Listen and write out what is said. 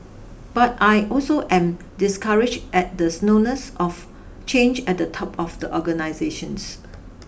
but I also am discouraged at the slowness of change at the top of the organisations